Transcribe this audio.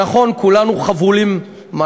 נכון, כולנו חבולים-משהו,